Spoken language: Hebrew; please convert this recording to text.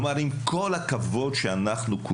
כלומר, עם כל הכבוד לכולם,